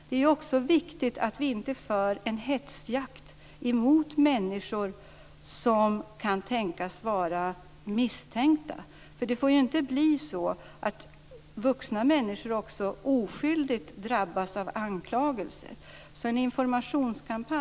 Det är också viktigt att vi inte för en hetsjakt på människor som kan tänkas vara misstänkta. Det får inte bli så att vuxna människor oskyldigt drabbas av anklagelser.